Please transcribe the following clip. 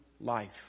life